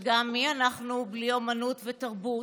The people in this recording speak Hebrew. וגם, מי אנחנו בלי אומנות ותרבות?